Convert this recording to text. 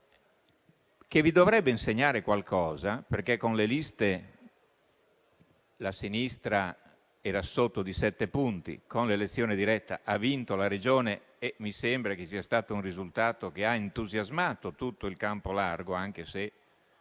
vi dovrebbe insegnare qualcosa, perché la sinistra con le liste era sotto di sette punti, mentre con l'elezione diretta ha vinto la Regione e mi sembra che sia stato un risultato che ha entusiasmato tutto il campo largo, anche se